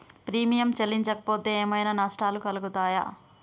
Premium చెల్లించకపోతే ఏమైనా నష్టాలు కలుగుతయా?